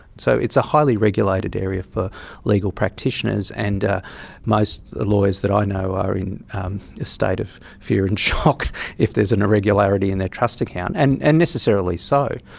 so it's a highly regulated area for legal practitioners and ah most lawyers that i know are in a state of fear and shock if there is an irregularity in their trust account, and and necessarily so.